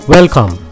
Welcome